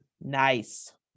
Nice